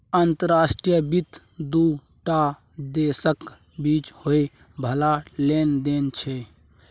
अंतर्राष्ट्रीय वित्त दू टा देशक बीच होइ बला लेन देन छै